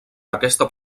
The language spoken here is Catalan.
aquesta